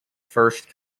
first